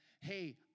hey